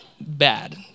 bad